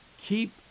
Keep